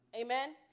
Amen